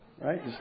right